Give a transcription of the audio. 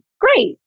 great